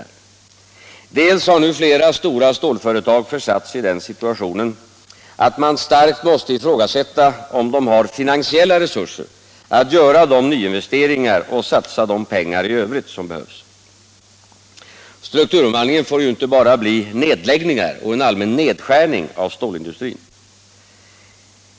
För det första har nu flera stora stålföretag försatt sig i den situationen, att man starkt måste ifrågasätta om de har finansiella resurser att göra de nyinvesteringar och satsa de pengar i övrigt som krävs. Strukturomvandlingen får inte bara bli nedläggningar och en allmän nedskärning av stålindustrin.